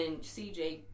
CJ